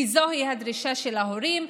כי זוהי הדרישה של ההורים,